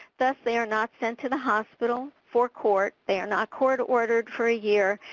thus they are not sent to the hospital for court, they are not court ordered for a year,